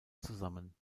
zusammen